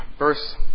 Verse